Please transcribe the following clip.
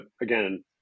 again